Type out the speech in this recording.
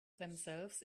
themselves